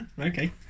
Okay